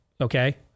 okay